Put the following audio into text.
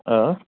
آ